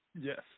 Yes